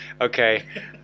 okay